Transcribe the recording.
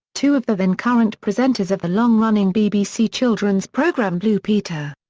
two of the then current presenters of the long running bbc children's programme blue peter.